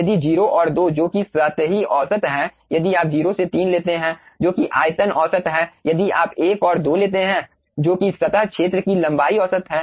यदि 0 और 2 जो कि सतही औसत है यदि आप 0 और 3 लेते हैं जो कि आयतन औसत है यदि आप 1 और 2 लेते हैं जो कि सतह क्षेत्र की लंबाई औसत है